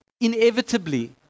inevitably